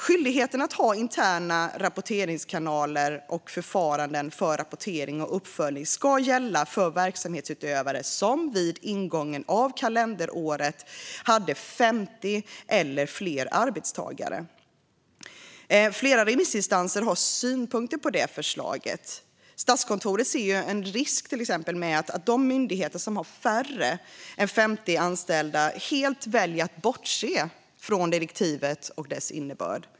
Skyldigheten att ha interna rapporteringskanaler och förfaranden för rapportering och uppföljning ska gälla för verksamhetsutövare som vid ingången av kalenderåret hade 50 eller fler arbetstagare. Flera remissinstanser har synpunkter på det förslaget. Statskontoret ser till exempel en risk att de myndigheter som har färre än 50 anställda helt väljer att bortse från direktivet och dess innebörd.